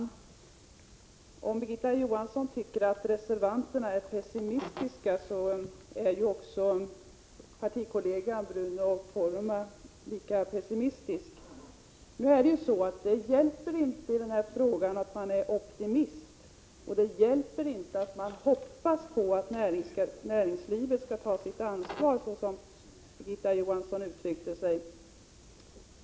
Herr talman! Om reservanterna är pessimistiska, Birgitta Johansson, så är ju också Birgitta Johanssons partikollega Bruno Poromaa lika pessimistisk. Nu hjälper det inte i den här frågan att man är optimistisk, och det hjälper inte att man hoppas på att näringslivet skall ta sitt ansvar — som Birgitta Johansson uttryckte sig.